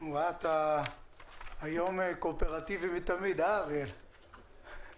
היום אתה קואופרטיבי מתמיד -- כרגיל.